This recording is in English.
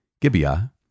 Gibeah